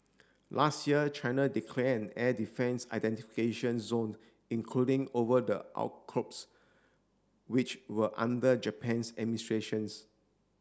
last year China declare an air defence identification zone including over the outcrops which were under Japan's administrations